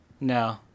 No